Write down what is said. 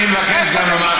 אני מבקש גם לומר כך.